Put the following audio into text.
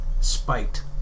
spiked